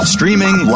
Streaming